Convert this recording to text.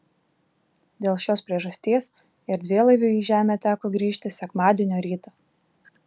dėl šios priežasties erdvėlaiviui į žemę teko grįžti sekmadienio rytą